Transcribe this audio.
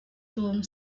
ton